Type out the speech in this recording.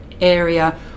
area